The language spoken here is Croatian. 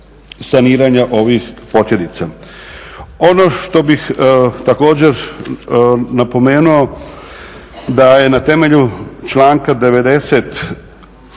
saniranja ovih posljedica. Ono što bih također napomenuo da je na temelju članka